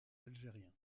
algérien